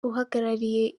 uhagarariye